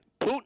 putin